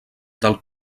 del